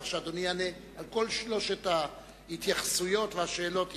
כך שאדוני יענה על כל שלוש ההתייחסויות והשאלות יחד.